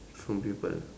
from people